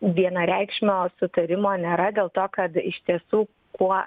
vienareikšmio sutarimo nėra dėl to kad iš tiesų kuo